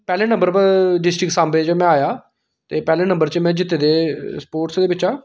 पैह्ले नम्बर उप्पर डिस्ट्रिक्ट साम्बे च में आया ते पैह्ले नम्बर च में जित्ते दे स्पोर्टस बिच्चा